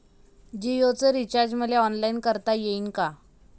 जीओच रिचार्ज मले ऑनलाईन करता येईन का?